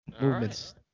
Movements